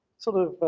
sort of,